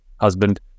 husband